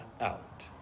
out